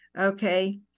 Okay